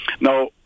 Now